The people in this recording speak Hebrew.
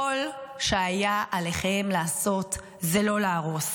כל שהיה עליכם לעשות זה לא להרוס,